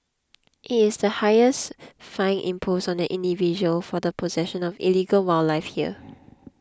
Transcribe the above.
it is the highest fine imposed on an individual for the possession of illegal wildlife here